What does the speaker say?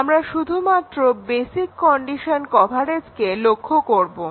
আমরা শুধুমাত্র basic condition কভারেজকে লক্ষ্য করবো